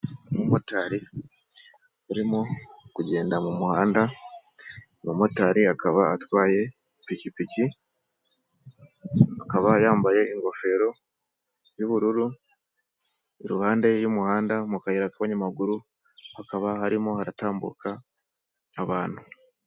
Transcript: Umumotari urimo kugenda mu muhanda umu motari akaba atwaye ipikipiki akaba yambaye ingofero y'ubururu iruhande y'umuhanda mu kayira k'abanyamaguru hakaba harimo haratambuka abantu.